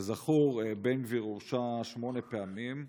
כזכור, בן גביר הורשע שמונה פעמים,